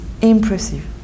impressive